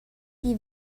die